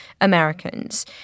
Americans